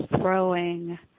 throwing